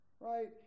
Right